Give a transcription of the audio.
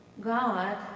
God